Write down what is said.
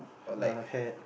err hat